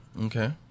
okay